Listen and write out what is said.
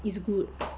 is good